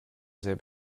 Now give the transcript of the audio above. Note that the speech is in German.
sehr